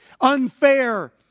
unfair